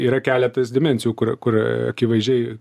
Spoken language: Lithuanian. yra keletas dimensijų kur kur akivaizdžiai